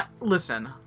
listen